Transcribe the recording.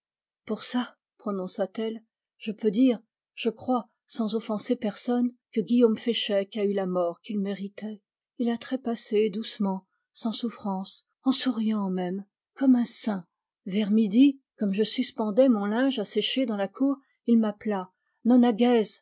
pour ça prononça t elle je peux dire je crois sans offenser personne que guillaume féchec a eu la mort qu'il méritait il a trépassé doucement sans souffrance en souriant même comme un saint vers midi comme je suspendais mon linge à sécher dans la cour il m'appela nona gèz